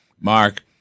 Mark